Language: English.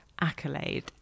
accolade